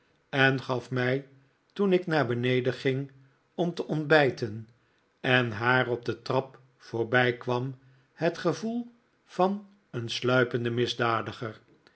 en gaf mij toen ik naar beneden ging om te ontbijten en haar op de trap voorbijkwam het gevoel van een sluipenden misdadiger